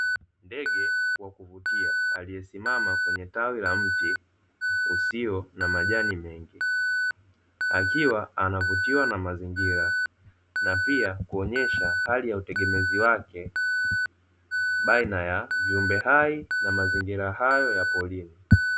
Ndege wa kuvutia aliyesimama kwenye tawi la mti usio na majani mengi, akiwa anavutiwa na mazingira na pia kuonyesha hali ya utegemezi wake baina ya viumbe hai na mazingira hayo ya porini.